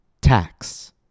tax